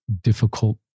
difficult